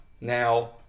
Now